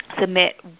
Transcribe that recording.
submit